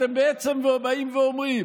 אתם בעצם באים ואומרים: